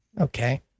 Okay